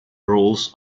roles